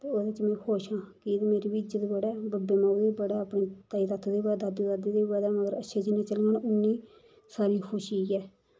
ओह्दे च में खुश आं कि मेरी बी इज्जत बड़ै बब्बै माऊ गी बड़ै अपनी ताई तातो दी बी बढ़ै दादू दादी दी बी बधै मगर अच्छी चीज़ां उन्नी सारियां खुशियां ऐ